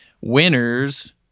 winners